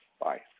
Bye